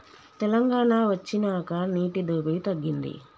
తెలంగాణ వొచ్చినాక నీటి దోపిడి తగ్గింది